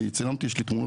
אני צילמתי יש לי תמונות,